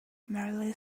merely